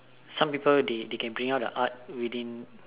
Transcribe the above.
some people they can bring out the art within